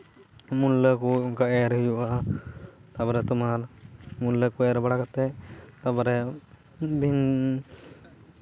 ᱢᱩᱞᱟᱹ ᱠᱚ ᱚᱱᱠᱟ ᱮᱨ ᱦᱩᱭᱩᱜᱼᱟ ᱛᱟᱨᱯᱚᱨᱮ ᱛᱳᱢᱟᱨ ᱢᱩᱞᱟᱹ ᱠᱚ ᱚᱱᱠᱟ ᱮᱨ ᱵᱟᱲᱟ ᱠᱟᱛᱮᱜ ᱛᱟᱨᱯᱚᱨᱮ ᱵᱤᱱ